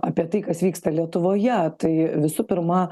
apie tai kas vyksta lietuvoje tai visų pirma